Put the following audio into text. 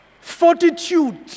fortitude